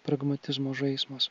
pragmatizmo žaismas